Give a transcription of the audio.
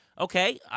okay